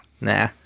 Nah